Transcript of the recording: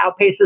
outpaces